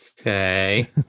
Okay